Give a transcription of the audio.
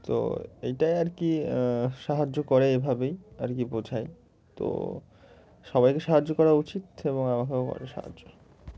তো এটাই আর কি সাহায্য করে এভাবেই আর কি বোঝায় তো সবাইকে সাহায্য করা উচিত এবং আমাকেও করে সাহায্য